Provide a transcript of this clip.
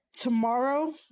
tomorrow